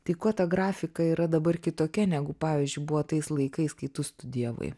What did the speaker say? tai kuo ta grafika yra dabar kitokia negu pavyzdžiui buvo tais laikais kai tu studijavai